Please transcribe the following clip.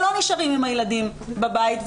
שלא נשארים עם הילדים בבית,